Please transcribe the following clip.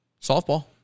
softball